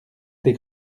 des